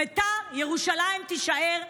ביתר ירושלים תישאר,